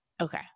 Okay